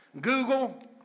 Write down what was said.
Google